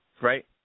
right